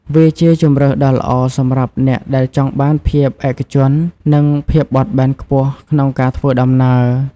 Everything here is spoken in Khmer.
វាជាជម្រើសដ៏ល្អសម្រាប់អ្នកដែលចង់បានភាពឯកជននិងភាពបត់បែនខ្ពស់ក្នុងការធ្វើដំណើរ។